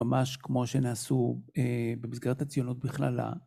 ‫ממש כמו שנעשו במסגרת הציונות בכללה.